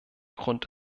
grund